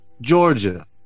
Georgia